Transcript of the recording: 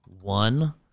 one